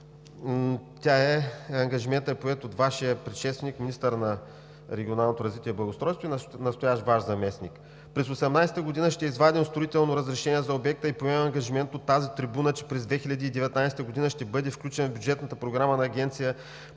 Ангажиментът е поет от Вашия предшественик – министър на регионалното развитие и благоустройството и настоящ Ваш заместник. „През 2018 г. ще извадим строително разрешение за обекта и поемам ангажимент от тази трибуна, че през 2019 г. ще бъде включен в бюджетната програма на Агенция